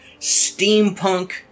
steampunk